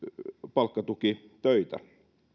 palkkatukitöitä